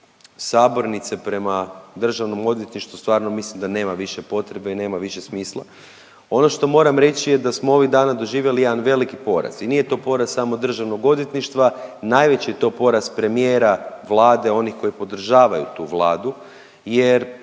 sabornice prema Državnom odvjetništvu stvarno mislim da nema više potrebe i nema više smisla. Ono što moram reći je da smo ovih dana doživjeli jedan veliki poraz i nije to poraz samo Državnog odvjetništva, najveći je to poraz premijera, Vlade onih koji podržavaju tu Vladu. Jer